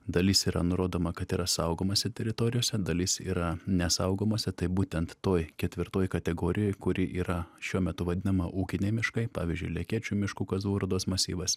dalis yra nurodoma kad yra saugomose teritorijose dalis yra nesaugomose tai būtent toj ketvirtoj kategorijoj kuri yra šiuo metu vadinama ūkiniai miškai pavyzdžiui lekėčių miškų kazlų rūdos masyvas